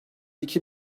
iki